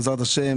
בעזרת השם,